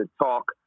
talk